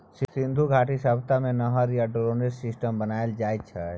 सिन्धु घाटी सभ्यता मे नहर आ ड्रेनेज सिस्टम बनाएल जाइ छै